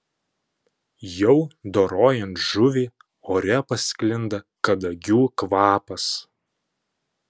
jau dorojant žuvį ore pasklinda kadagių kvapas